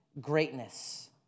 greatness